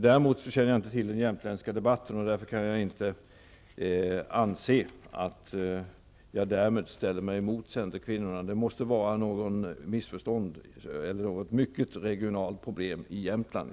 Däremot känner jag inte till den jämtländska debatten och kan därför inte anse att jag därmed ställer mig emot centerkvinnorna. Det måste vara fråga om ett missförstånd eller något mycket regionalt problem i Jämtland.